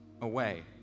away